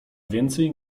więcej